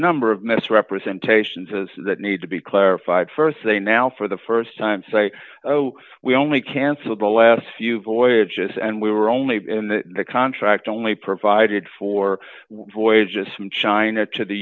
number of misrepresentations as that need to be clarified st they now for the st time say oh we only cancelled the last few voyages and we were only in the contract only provided for voyages from china to the